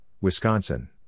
Wisconsin